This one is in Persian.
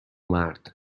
مرد